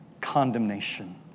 condemnation